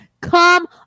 Come